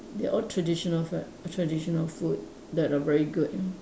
they all traditional food traditional food that are very good